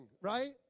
Right